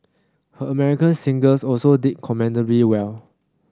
her American singles also did commendably well